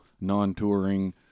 non-touring